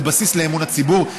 זה בסיס לאמון הציבור.